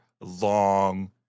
long